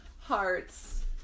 hearts